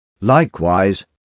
Likewise